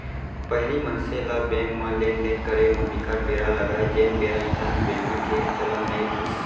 पहिली मनसे ल बेंक म लेन देन करे म बिकट बेरा लगय जेन बेरा इंटरनेंट बेंकिग के चलन नइ रिहिस